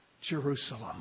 Jerusalem